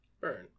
Burn